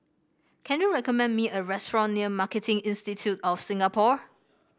can you recommend me a restaurant near Marketing Institute of Singapore